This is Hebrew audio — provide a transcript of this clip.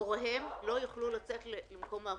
הוריהם לא יוכלו לצאת למקום העבודה.